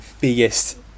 biggest